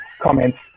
comments